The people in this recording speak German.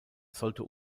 sollte